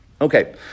Okay